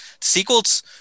sequels